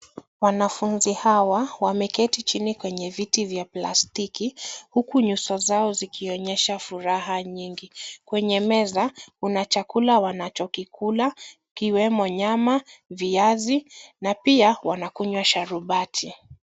Wanafunzi hawa wameketi chini kwenye viti vya plastiki huku nyuso zao zikionyesha furaha nyingi. Kwenye meza kuna chakula wanacho kikula ikiwemo nyama, viazi na pia wanakunywa sharubati.